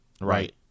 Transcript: Right